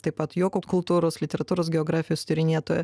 taip pat juoko kultūros literatūros geografijos tyrinėtoja